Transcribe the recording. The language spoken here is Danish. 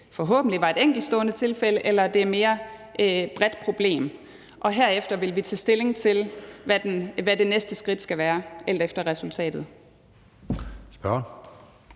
forhåbentlig, var et enkeltstående tilfælde, eller om det er et mere bredt problem. Og herefter vil vi tage stilling til, hvad det næste skridt skal være, alt efter resultatet.